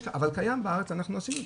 קיים בארץ, אנחנו עשינו תקינה,